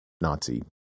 Nazi